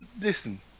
listen